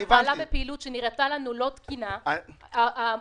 בפעילות שנראתה לנו לא תקינה --- הבנתי,